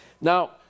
Now